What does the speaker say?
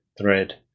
thread